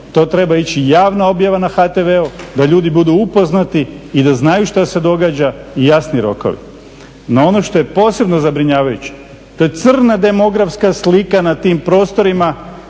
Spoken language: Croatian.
to treba ići javna objava na HTV-u da ljudi budu upoznati i da znaju šta se događa i jasni rokovi. No, ono što je posebno zabrinjavajuće to je crna demografska slika na tim prostorima